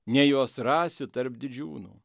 nei juos rasi tarp didžiūnų